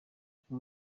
uko